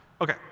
Okay